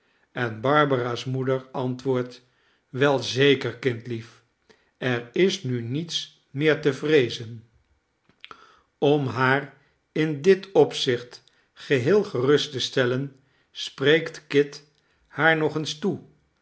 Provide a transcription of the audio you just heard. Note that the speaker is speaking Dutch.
en barbara's moeder antwoordt wel zeker kindlief erisnuniets meer te vreezen om haar in dit opzicht geheel gerust te stellen spreekt kit haar nog eens toe